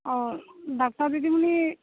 ᱚᱻ ᱰᱟᱠᱛᱟᱨ ᱫᱤᱫᱤᱢᱚᱱᱤ